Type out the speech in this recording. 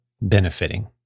benefiting